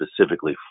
specifically